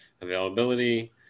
availability